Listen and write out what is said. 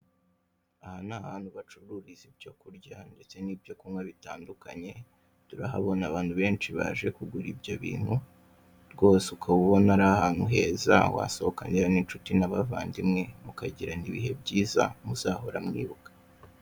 Aha ni ahantu bacuruza ibyo kurya ndetse n'ibyo kunywa bitandukanye turahabona abantu benshi baje kugura ibyo bintu rwose ukaba ubona ari ahantu heza wasohokanira n'inshuti n'abavandimwe mukagirana ibihe byiza muzahora mwibuka.